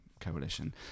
coalition